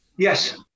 Yes